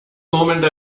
moment